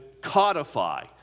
codify